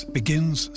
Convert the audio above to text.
begins